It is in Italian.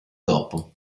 dopo